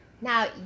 Now